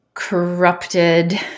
corrupted